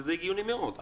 כן.